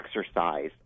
exercise